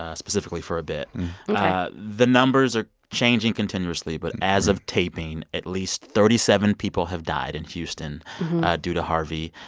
ah specifically, for a bit ok the numbers are changing continuously. but as of taping, at least thirty seven people have died in houston due to harvey.